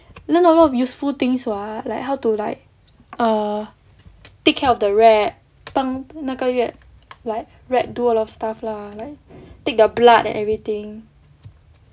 learn a lot of useful things [what] like how to like err take care of the rat 帮那个 rat like rat do a lot of stuff lah like take the blood and everything